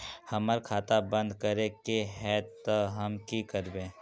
हमर खाता बंद करे के है ते हम की करबे?